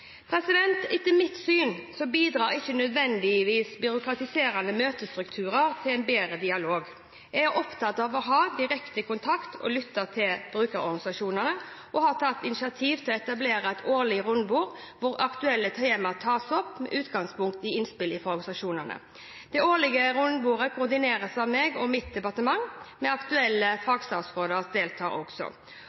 Etter mitt syn bidrar ikke nødvendigvis byråkratiserende møtestrukturer til en bedre dialog. Jeg er opptatt av å ha direkte kontakt og å lytte til brukerorganisasjonene. Jeg har tatt initiativet til å etablere et årlig rundebord, hvor aktuelle temaer tas opp, med utgangspunkt i innspill fra organisasjonene. Det årlige rundebordet koordineres av meg og mitt departement, men aktuelle fagstatsråder deltar også.